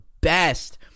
best